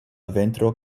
ventro